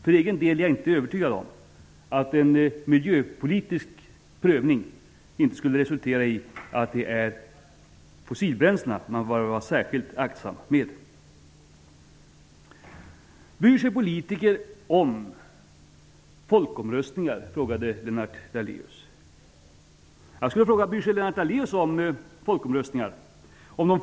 För egen del är jag inte övertygad om att en miljöpolitisk prövning inte skulle resultera i att det är fossilbränslena man bör vara särskilt aktsam med. Lennart Daléus om de frågor som ställs i folkomröstningar?